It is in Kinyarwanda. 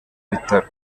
bitaro